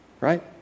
right